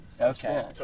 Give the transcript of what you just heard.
Okay